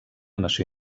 nació